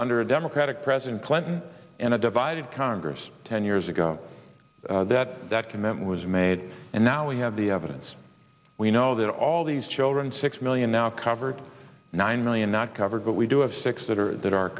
nder a democratic president clinton and a divided congress ten years ago that document was made and now we have the evidence we know that all these children six million now covered nine million not covered but we do have six that are that are